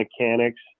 mechanics